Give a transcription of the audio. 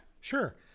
Sure